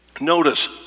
Notice